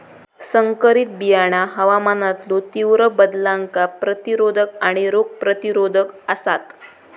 संकरित बियाणा हवामानातलो तीव्र बदलांका प्रतिरोधक आणि रोग प्रतिरोधक आसात